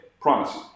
Promise